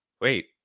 wait